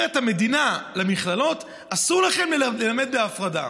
אומרת המדינה למכללות: אסור לכם ללמד בהפרדה.